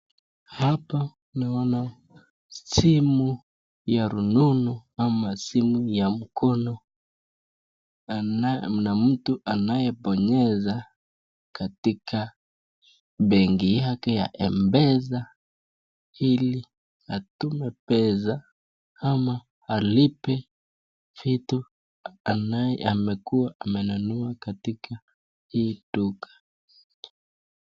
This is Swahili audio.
Hapa naona simu ya rununu ama simu ya mkono na mtu anayebonyesha katika benki yake ya mpesa ili atume pesa ama alipe vitu alikuwa ambaye amekuwa amenunua katika hili duka.